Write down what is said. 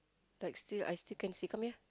like still I still can see come here